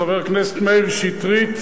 חבר הכנסת מאיר שטרית,